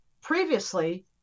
previously